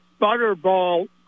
Butterball